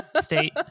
state